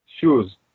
shoes